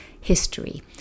history